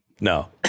No